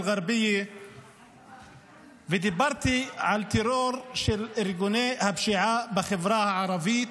אל-גרבייה ודיברתי על טרור של ארגוני הפשיעה בחברה הערבית.